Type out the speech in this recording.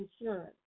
insurance